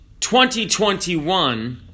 2021